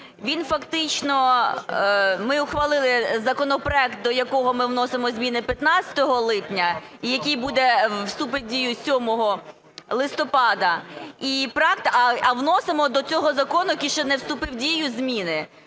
він фактично… Ми ухвалили законопроект, до якого ми вносимо зміни 15 липня, і який вступить в дію з 7 листопада, а вносимо до цього закону, який ще не вступив в дію, зміни.